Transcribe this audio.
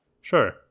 Sure